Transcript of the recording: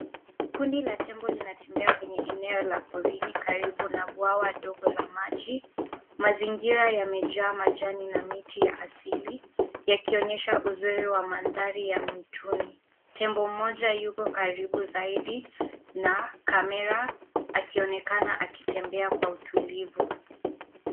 Kundi la tembo linatembea kwenye eneo la porini karibu na bwawa ndogo la maji. Mazingira yamejaa majani na miti ya asili yakionyesha uzuri wa mandhari ya mwituni. Tembo mmoja yuko karibu zaidi na kamera akionekana akitembea kwa utulivu.